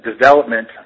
development